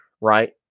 right